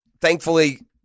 Thankfully